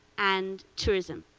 and tourism.